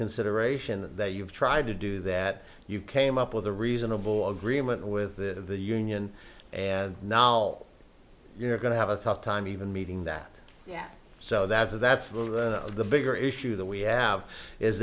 consideration that you've tried to do that you came up with a reasonable agreement with the union and now you're going to have a tough time even meeting that yet so that's a that's the bigger issue that we have is